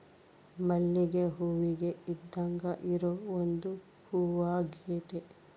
ಮಲ್ಲಿಗೆ ಹೂವಿಗೆ ಇದ್ದಾಂಗ ಇರೊ ಒಂದು ಹೂವಾಗೆತೆ